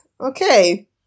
Okay